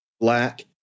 black